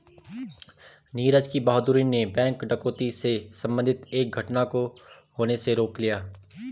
नीरज की बहादूरी ने बैंक डकैती से संबंधित एक घटना को होने से रोक लिया